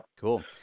Cool